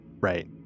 right